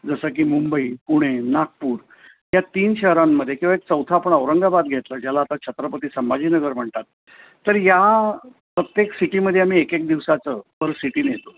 जसं की मुंबई पुणे नागपूर या तीन शहरांमध्ये किंवा एक चौथं आपण औरंगाबाद घेतलं ज्याला आता छत्रपती संभाजीनगर म्हणतात तर या प्रत्येक सिटीमध्ये आम्ही एकेक दिवसाचं पर सिटी नेतो